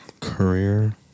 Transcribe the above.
Career